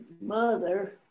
mother